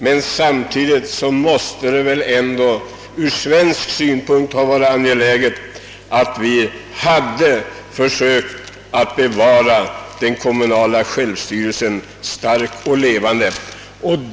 Ur svensk synpunkt borde det dock vara angeläget att vi försöker bevara den kommunala självstyrelsen stark och levande.